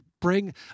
bring